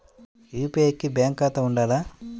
UPI కి bank ఖాతా ఉండాల?